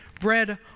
bread